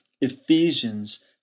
Ephesians